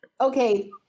Okay